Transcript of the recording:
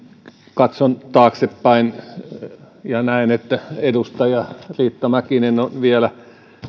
katson taaksepäin ja näen että edustaja riitta mäkinen on vielä